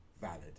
valid